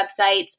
websites